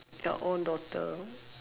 your own daughter